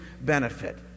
benefit